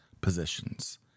positions